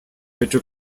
bitter